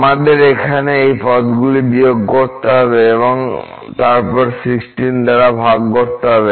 আমাদের এখানে এই পদগুলি বিয়োগ করতে হবে এবং তারপর16 দ্বারা ভাগ করতে হবে